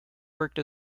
worked